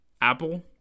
Apple